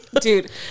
Dude